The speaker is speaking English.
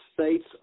states